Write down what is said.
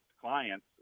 clients